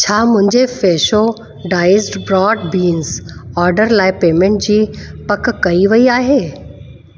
छा मुंहिंजे Fresho diced broad beans order लाइ पेमेंट जी पक कई वई आहे